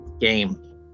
Game